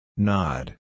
Nod